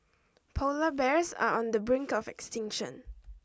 polar bears are on the brink of extinction